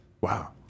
Wow